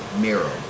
Miro